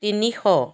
তিনিশ